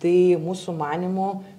tai mūsų manymu